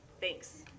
Thanks